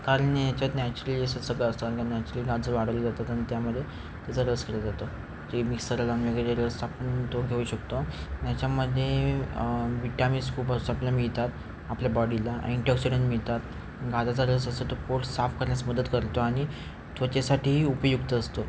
कारण याच्यात नॅचरली असं सगळं असतं कारण नॅचरली गाजर वाढवली जातात आणि त्यामदे त्याचा रस केला जातो जे मिक्सरला लावून जे रस आपण तो घेऊ शकतो याच्यामध्ये विटामिन्स खूप असतो आपल्या मिळतात आपल्या बॉडीला अँटीऑक्सिडन मिळतात गाजराचा रस असतो तो पोट साफ करण्यास मदत करतो आणि त्वचेसाठीही उपयुक्त असतो